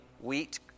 wheat